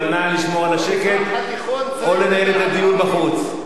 אבל נא לשמור על השקט או לנהל את הדיון בחוץ.